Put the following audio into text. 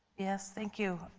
yes, thank you.